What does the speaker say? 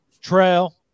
Trail